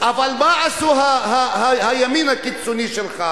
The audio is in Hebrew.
אבל מה עשו הימין הקיצוני שלך?